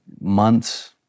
months